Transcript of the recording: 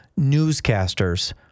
newscasters